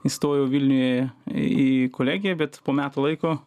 įstojau vilniuje į kolegiją bet po metų laiko